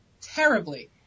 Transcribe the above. terribly